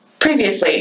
previously